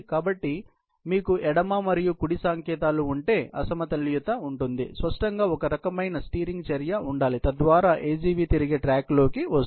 కాబట్టి మీకు ఎడమ మరియు కుడి సంకేతాలు ఉంటే అసమతుల్యత ఉంటుంది స్పష్టంగా ఒక రకమైన స్టీరింగ్ చర్య ఉండాలి తద్వారా AGV తిరిగి ట్రాక్లోకి వస్తుంది